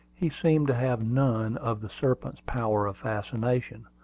he seemed to have none of the serpent's power of fascination,